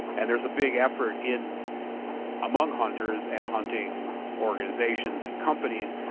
and there's a big effort in among hunters and hunting organizations and companies,